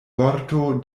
vorto